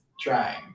trying